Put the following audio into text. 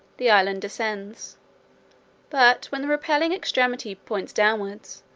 the island descends but when the repelling extremity points downwards,